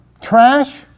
trash